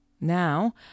Now